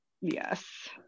Yes